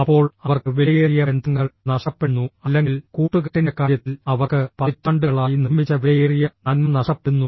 അപ്പോൾ അവർക്ക് വിലയേറിയ ബന്ധങ്ങൾ നഷ്ടപ്പെടുന്നു അല്ലെങ്കിൽ കൂട്ടുകെട്ടിന്റെ കാര്യത്തിൽ അവർക്ക് പതിറ്റാണ്ടുകളായി നിർമ്മിച്ച വിലയേറിയ നന്മ നഷ്ടപ്പെടുന്നു